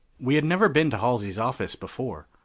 we had never been to halsey's office before.